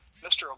Mr